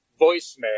voicemail